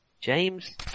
James